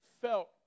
felt